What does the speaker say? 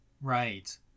Right